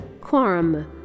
Quorum